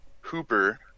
Hooper